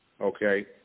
okay